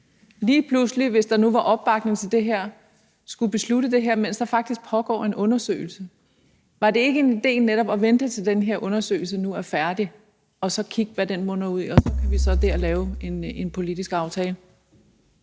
lige pludselig – hvis der nu var opbakning til det her forslag – skulle følge det, mens der rent faktisk pågår en undersøgelse. Var det ikke en idé netop at vente, indtil den her undersøgelse er færdig, og så kigge på, hvad den munder ud i, for så derefter at lave en politisk aftale?